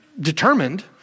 determined